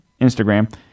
Instagram